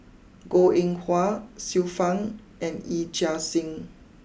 Goh Eng Wah Xiu Fang and Yee Chia Hsing